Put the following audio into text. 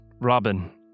Robin